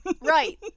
Right